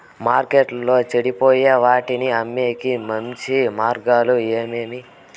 మార్కెట్టులో చెడిపోయే వాటిని అమ్మేకి మంచి మార్గాలు ఏమేమి